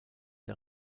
der